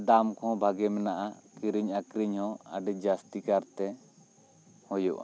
ᱫᱟᱢ ᱠᱚᱦᱚᱸ ᱵᱷᱟᱜᱮ ᱢᱮᱱᱟᱜᱼᱟ ᱠᱤᱨᱤᱧ ᱟᱹᱠᱷᱟᱨᱤᱧ ᱦᱚᱸ ᱟᱹᱰᱤ ᱡᱟᱹᱥᱛᱤ ᱠᱟᱨᱛᱮ ᱦᱳᱭᱳᱜᱼᱟ